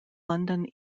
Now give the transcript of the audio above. london